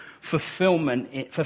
fulfillment